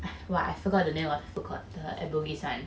what I forgot the name of the food court the bugis one